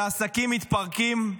שעסקים מתפרקים?